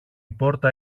πόρτα